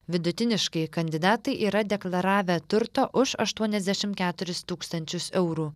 vidutiniškai kandidatai yra deklaravę turto už aštuoniasdešimt keturis tūkstančius eurų